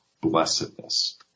blessedness